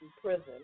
prison